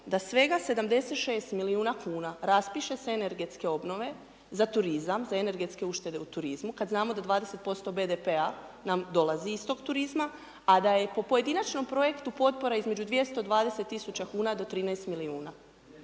da svega 76 milijuna kuna raspiše se energetske obnove za turizam, za energetske uštede u turizmu, kada znamo da 20% BDP-a nam dolazi iz toga turizma, a da je po pojedinačnom projektu potpora između 220.000,00 kn do 13 milijuna.